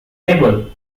label